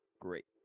Great